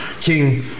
king